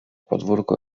podwórko